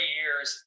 years